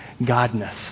godness